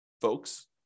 folks